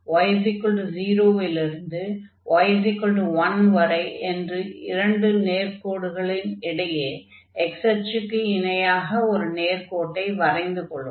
y 0 இலிருந்து y 1 வரை என்ற இரண்டு நேர்க்கோடுகளின் இடையே x அச்சுக்கு இணையாக ஒரு நேர்க்கோட்டை வரைந்துக் கொள்வோம்